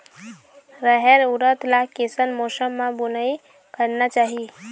रहेर उरद ला कैसन मौसम मा बुनई करना चाही?